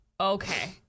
Okay